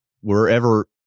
wherever